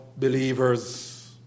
Believers